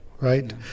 right